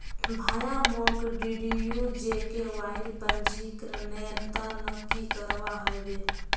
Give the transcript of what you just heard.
भाया, मोक डीडीयू जीकेवाईर पंजीकरनेर त न की करवा ह बे